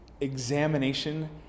examination